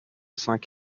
cinq